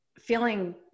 feeling